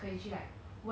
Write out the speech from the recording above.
oh so